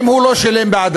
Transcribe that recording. אם הוא לא שילם בעדו,